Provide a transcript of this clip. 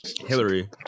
Hillary